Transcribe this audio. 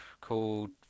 called